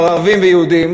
ערבים ויהודים.